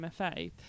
MFA